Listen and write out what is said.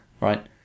Right